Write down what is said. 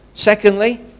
Secondly